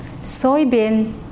Soybean